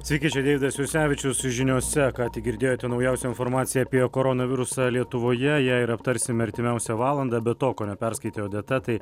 sveiki čia deividas jursevičius žiniose ką tik girdėjote naujausią informaciją apie koronavirusą lietuvoje ją ir aptarsim artimiausią valandą be to ko neperskaitė odeta tai